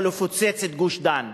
או לפוצץ את גוש-דן.